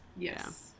Yes